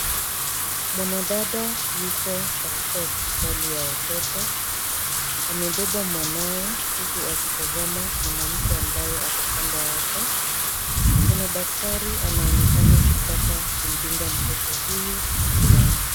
Mwanadada yuko katika hospitali ya watoto amebeba mwanawe huku akitazama mwanamke ambaye ako kando yake. Kuna daktari anaonekana kutaka kumdunga mtoto huyo sindano.